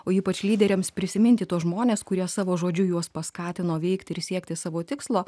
o ypač lyderiams prisiminti tuos žmones kurie savo žodžiu juos paskatino veikti ir siekti savo tikslo